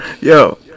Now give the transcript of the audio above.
yo